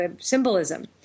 symbolism